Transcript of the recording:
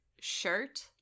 shirt